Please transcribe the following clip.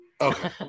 Okay